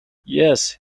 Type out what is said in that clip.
yes